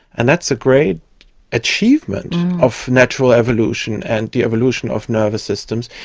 and that's a great achievement of natural evolution and the evolution of nervous systems,